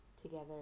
together